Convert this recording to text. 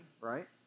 right